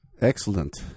Excellent